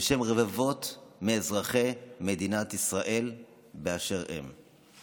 בשם רבבות מאזרחי מדינת ישראל באשר הם.